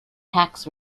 tax